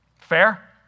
Fair